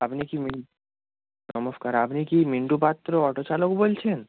আপনি কি মিন নমস্কার আপনি কি মিন্টু পাত্র অটো চালক বলছেন